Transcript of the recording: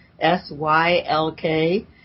S-Y-L-K